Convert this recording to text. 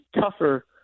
tougher